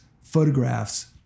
photographs